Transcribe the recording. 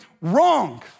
wrong